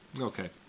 Okay